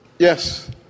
Yes